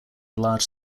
large